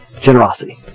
generosity